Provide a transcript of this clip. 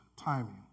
timing